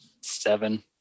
Seven